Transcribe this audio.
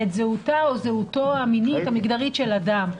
את זהותה או זהותו המינית המגדרית של אדם,